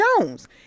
jones